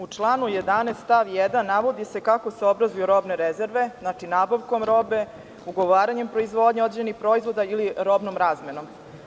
U članu 11. stav 1. navodi se kako se obrazuju robne rezerve - nabavkom robe, ugovaranjem proizvodnje određenih proizvoda ili robnom razmenom.